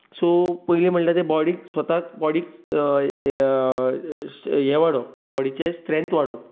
so पयली म्हणल्यार body स्वताक बॉडी ए वाडोवप बॉडीचें स्थ्रेंत वाडोवप